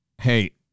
hey